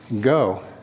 go